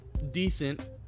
Decent